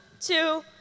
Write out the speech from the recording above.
two